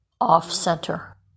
off-center